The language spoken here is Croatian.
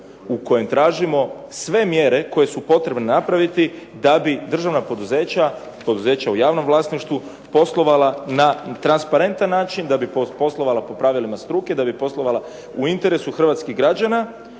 u kojoj tražimo sve mjere koje su potrebne napraviti da bi državna poduzeća, poduzeća u javnom vlasništvu poslovala na transparentan način, da bi poslovala po pravilima struke, da bi poslovala u interesu Hrvatskih građana,